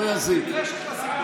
לא יזיק.